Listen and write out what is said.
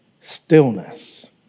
stillness